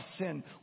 sin